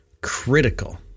critical